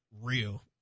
real